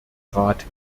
rat